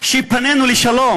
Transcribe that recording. שפנינו לשלום.